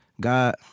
God